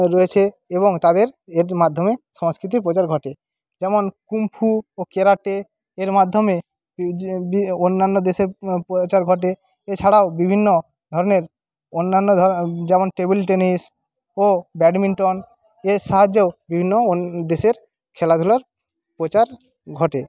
রয়েছে এবং তাদের এর মাধ্যমে সংস্কৃতির প্রচার ঘটে যেমন কুম্ফু ও ক্যারাটে এর মাধ্যমে অন্যান্য দেশের প্রচার ঘটে এছাড়াও বিভিন্ন ধরণের অন্যান্য ধরো যেমন টেবল টেনিস ও ব্যাডমিন্টন এর সাহায্যেও বিভিন্ন দেশের খেলাধুলোর প্রচার ঘটে